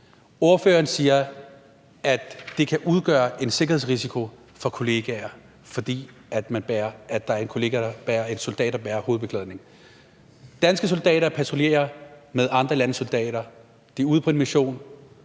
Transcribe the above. Ordføreren siger, at det kan udgøre en sikkerhedsrisiko for kollegaer, hvis der er en soldat, som bærer hovedbeklædning. Danske soldater patruljerer med andre landes soldater. De er ude på en mission.